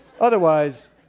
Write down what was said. Otherwise